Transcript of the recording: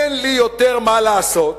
אין לי יותר מה לעשות,